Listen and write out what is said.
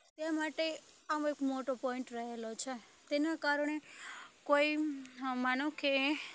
તે માટે આવો એક મોટો પોઈન્ટ રહેલો છે તેના કારણે કોઈ માનો કે